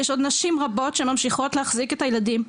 יש עוד נשים רבות שממשיכות להחזיק את הילדים.